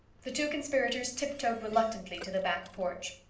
the two conspirators tip-toed reluctantly to the back porch.